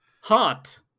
hot